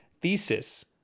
thesis